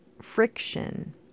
friction